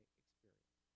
experience